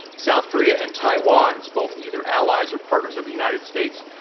south korea's, and taiwan's, both either allies or partners of the united states,